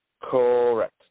Correct